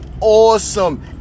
awesome